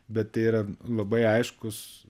bet tai yra labai aiškus